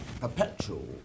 perpetual